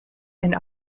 and